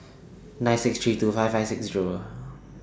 nine six three two five five six Zero